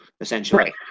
essentially